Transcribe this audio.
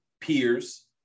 peers